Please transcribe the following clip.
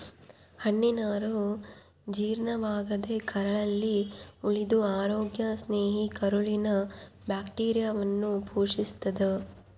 ಹಣ್ಣಿನನಾರು ಜೀರ್ಣವಾಗದೇ ಕರಳಲ್ಲಿ ಉಳಿದು ಅರೋಗ್ಯ ಸ್ನೇಹಿ ಕರುಳಿನ ಬ್ಯಾಕ್ಟೀರಿಯಾವನ್ನು ಪೋಶಿಸ್ತಾದ